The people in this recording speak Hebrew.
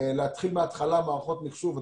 ואתם יודעים מה זה להתחיל מהתחלה מערכות מחשוב.